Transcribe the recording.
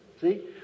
See